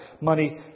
Money